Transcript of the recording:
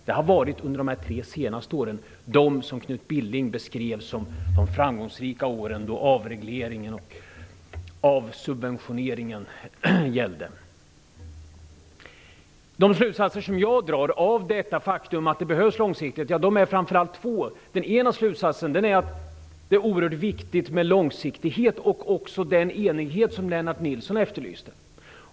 Det har varit så under de senaste åren, som Knut Billing beskrev som de framgångsrika åren då avregleringen och avsubventioneringen gällde. De slutsatser som jag drar av det faktum att det behövs långsiktighet är framför allt två. Den ena slutsatsen är att det är oerhört viktigt med långsiktighet och också den eninghet som Lennart Nilsson efterlyste.